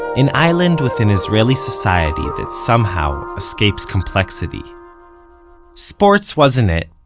an island within israeli society that somehow escapes complexity sports wasn't it.